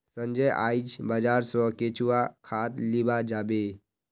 संजय आइज बाजार स केंचुआ खाद लीबा जाबे